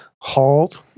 halt